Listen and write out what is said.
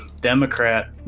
Democrat